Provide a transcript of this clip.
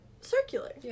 circular